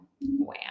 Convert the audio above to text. Wow